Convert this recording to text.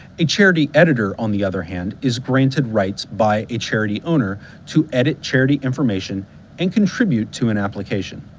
a charity editor, on the other hand is granted rights by a charity owner to edit charity information and contribute to an application.